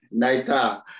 Naita